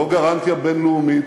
לא גרנטיה בין-לאומית,